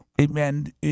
amen